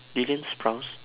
dylan sprouse